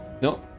no